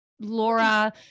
Laura